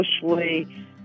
socially